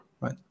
right